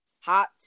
Hot